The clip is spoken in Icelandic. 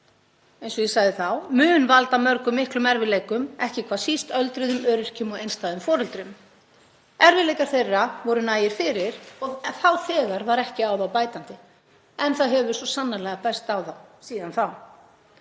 eins og ég sagði þá, veldur mörgum miklum erfiðleikum, ekki hvað síst öldruðum, öryrkjum og einstæðum foreldrum. Erfiðleikar þeirra voru nægir fyrir og þá þegar var ekki á það bætandi. En það hefur svo sannarlega bæst á það síðan.